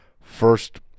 first